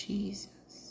Jesus